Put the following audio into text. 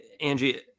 Angie